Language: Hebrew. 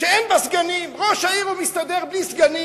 שאין בה סגנים, ראש העיר מסתדר בלי סגנים,